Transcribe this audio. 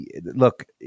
look